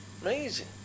amazing